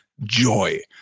joy